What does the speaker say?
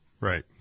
Right